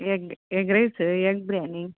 egg egg rice egg biryani